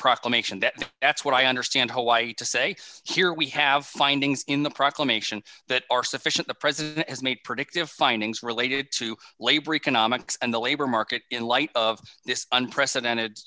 proclamation that that's what i understand hawaii to say here we have findings in the proclamation that are sufficient the president has made predictive findings related to labor economics and the labor market in light of this unprecedented